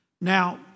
Now